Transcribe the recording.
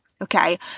okay